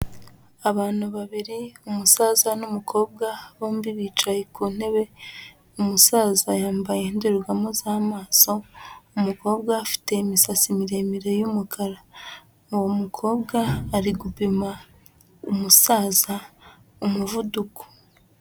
Abantu babiri, umusaza n'umukobwa bombi bicaye ku ntebe, umusaza yambaye indorerwamo z'amaso, umukobwa afite imisatsi miremire y'umukara. Uwo mukobwa ari gupima umusaza umuvuduko.